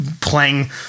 playing